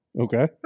Okay